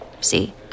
See